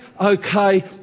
okay